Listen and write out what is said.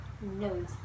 No